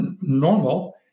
normal